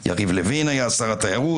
יריב לוין שהיה שר התיירות,